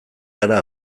gara